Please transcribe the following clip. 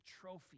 trophy